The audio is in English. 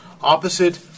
opposite